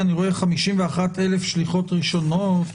אני רואה 51,000 שליחות ראשונות.